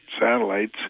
satellites